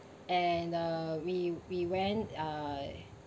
and uh we we went uh